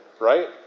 right